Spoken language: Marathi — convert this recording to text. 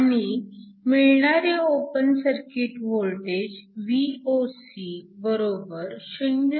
आणि मिळणारे ओपन सर्किट वोल्टेज Voc 0